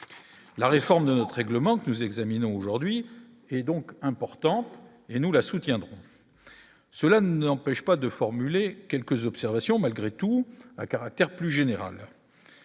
la réforme de notre règlement que nous examinons aujourd'hui est donc importante et nous la soutiendrons, cela ne l'empêche pas de formuler quelques observations malgré tout à caractère plus général,